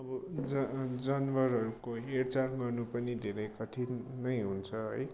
अब जन जानवरहरूको हेरचाह गर्नु पनि धेरै कठिन नै हुन्छ है